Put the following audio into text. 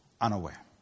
unaware